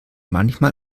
manchmal